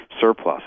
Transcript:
surplus